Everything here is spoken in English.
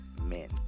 men